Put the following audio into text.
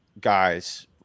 guys